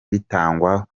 bitangwa